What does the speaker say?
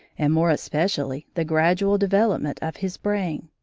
and more especially the gradual development of his brain.